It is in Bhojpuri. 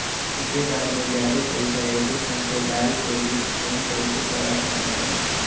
एके बार मे जादे पईसा एके साथे डाल के किश्त कम कैसे करवा सकत बानी?